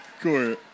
Cool